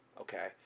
okay